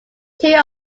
two